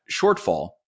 shortfall